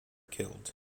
killed